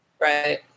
Right